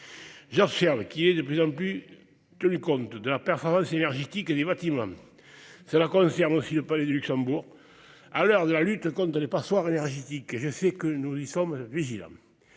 J'observe qu'il est de plus en plus tenu compte de la performance énergétique des bâtiments- cela vaut aussi pour le palais du Luxembourg -, à l'heure de la lutte contre les passoires énergétiques ; nous y sommes vigilants.